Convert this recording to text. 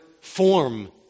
form